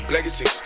Legacy